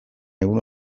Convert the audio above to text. egun